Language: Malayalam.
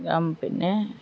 ഞാൻ പിന്നെ